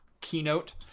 keynote